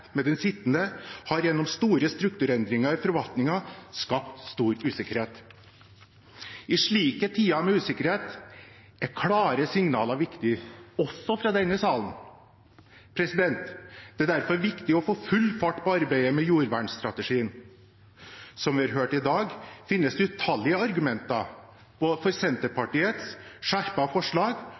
med den sittende, skapte gjennom store strukturendringer i forvaltningen stor usikkerhet. I slike tider med usikkerhet er klare signaler viktig, også fra denne salen. Det er derfor viktig å få full fart på arbeidet med jordvernstrategien. Som vi har hørt i dag, finnes det utallige argumenter både for Senterpartiets skjerpede forslag